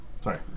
sorry